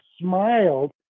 smiled